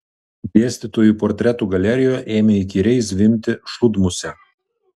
dėstytojų portretų galerijoje ėmė įkyriai zvimbti šūdmusė